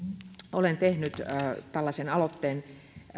olen tehnyt aloitteen liittyen